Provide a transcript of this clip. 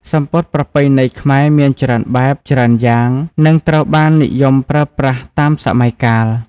សំពត់ប្រពៃណីខ្មែរមានច្រើនបែប ច្រើនយ៉ាង និងត្រូវបាននិយមប្រើប្រាស់តាមសម័យកាល។